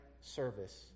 service